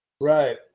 Right